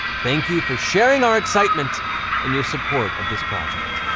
thank you for sharing our excitement and your support of this project.